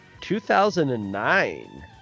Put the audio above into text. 2009